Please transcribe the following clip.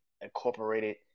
incorporated